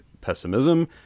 pessimism